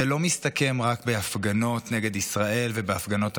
זה לא מסתכם רק בהפגנות נגד ישראל ובהפגנות אנטישמיות,